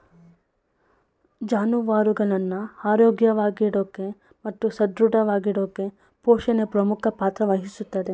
ಜಾನುವಾರುಗಳನ್ನ ಆರೋಗ್ಯವಾಗಿಡೋಕೆ ಮತ್ತು ಸದೃಢವಾಗಿಡೋಕೆಪೋಷಣೆ ಪ್ರಮುಖ ಪಾತ್ರ ವಹಿಸ್ತದೆ